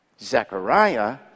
Zechariah